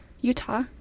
Utah